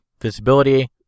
visibility